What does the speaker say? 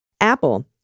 Apple